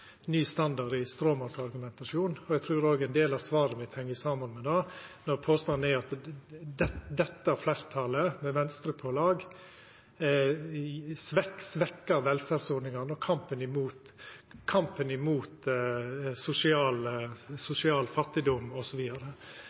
ny standard i stråmannsargumentasjon. Eg trur ein del av svaret mitt heng saman med det. Påstanden er at dette fleirtalet, med Venstre på lag, svekkjer velferdsordningane, kampen mot sosial fattigdom,